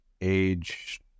age